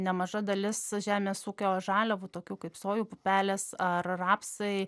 nemaža dalis žemės ūkio žaliavų tokių kaip sojų pupelės ar rapsai